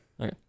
Okay